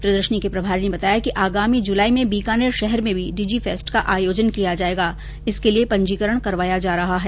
प्रदर्शनी के प्रभारी ने बताया कि आगामी जुलाई में बीकानेर शहर में भी डिजि फेस्ट का आयोजन किया जायेगा इसके लिये पंजीकरण करवाया जा रहा है